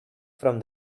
from